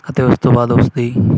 ਅਤੇ ਉਸ ਤੋਂ ਬਾਅਦ ਉਸਦੀ